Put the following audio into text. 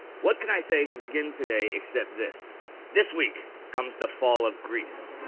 what can i say to begin today except this this week comes the fall of greece.